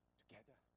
together